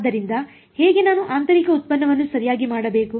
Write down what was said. ಆದ್ದರಿಂದ ಹೇಗೆ ನಾನು ಆಂತರಿಕ ಉತ್ಪನ್ನವನ್ನು ಸರಿಯಾಗಿ ಮಾಡಬೇಕು